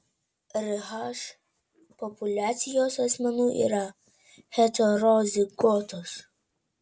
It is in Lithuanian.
rh populiacijos asmenų yra heterozigotos